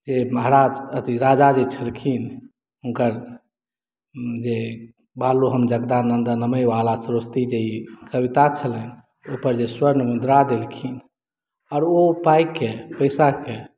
जे महाराज अथि राजा जे छलखिन हुनकर जे बालोऽहं जगदानन्द नऽमे बाला सरस्वती जे ई कविता छलनि ओहिपर जे स्वर्ण मुद्रा देलखिन आओर ओ पाइके पैसाके